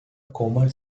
common